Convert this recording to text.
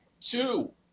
two